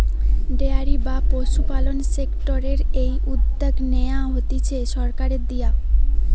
dairy বা পশুপালন সেক্টরের এই উদ্যগ নেয়া হতিছে সরকারের দিয়া